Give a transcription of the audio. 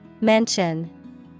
Mention